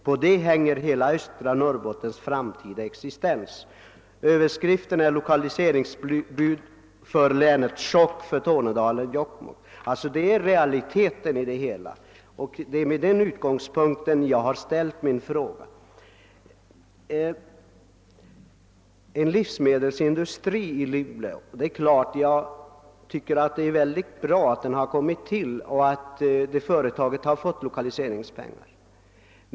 På det hänger hela öst ra Norrbottens framtida existens.» Överskriften lyder: »Lokaliseringsbud för länet chock för Tornedalen och Jokkmokk.» Det är realiteten i det hela, och det är med den utgångspunkten jag har ställt min fråga. Självfallet tycker jag att det är mycket bra att en livsmedelsindustri har kommit till i Luleå och att företaget har fått lokaliseringspengar.